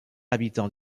habitant